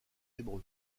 hébreu